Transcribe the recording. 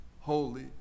holy